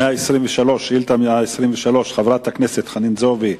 שאילתא 123 של חברת הכנסת חנין זועבי,